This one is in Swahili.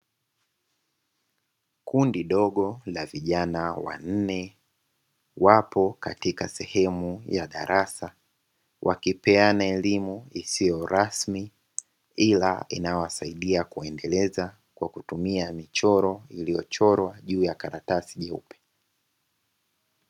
Kundi dogo la vijana wa nne, wapo katika sehemu ya darasa, wakipeana elimu isiyo rasmi, ila inawasaidia kuwaendeleza kwa kutumia michoro iliyochorwa juu ya karatasi jeupe.